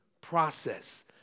process